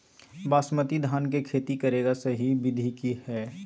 बासमती धान के खेती करेगा सही विधि की हय?